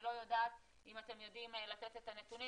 לא יודעת אם אתם יודעים לתת את הנתונים,